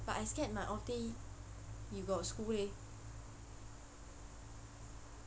but I scared my off day you got school leh